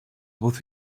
with